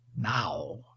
now